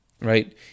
right